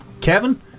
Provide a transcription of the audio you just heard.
Kevin